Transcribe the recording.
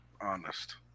honest